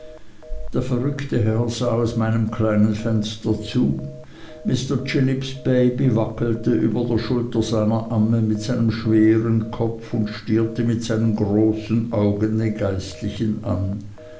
der verrückte herr sah aus meinem kleinen fenster zu mr chillips baby wackelte über der schulter seiner amme mit seinem schweren kopf und stierte mit seinen großen augen den geistlichen an